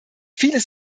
vieles